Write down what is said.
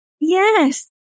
Yes